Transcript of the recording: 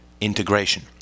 integration